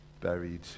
buried